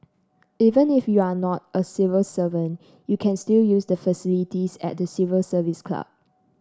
even if you are not a civil servant you can still use the facilities at the Civil Service Club